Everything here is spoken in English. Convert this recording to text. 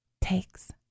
takes